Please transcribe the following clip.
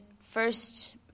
first